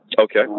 Okay